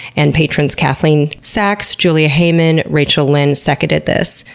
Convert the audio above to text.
and patrons kathleen sachs, julia hayman, rachel lynn seconded this.